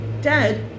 Dad